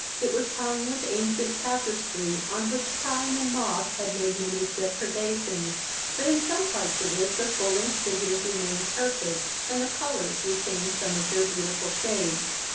it was hung with ancient tapestry, on which time and moth had made many depredations but, in some parts of it, the full-length figures remained perfect, and the colours retained some of their beautiful shades.